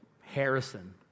Harrison